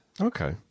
Okay